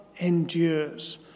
endures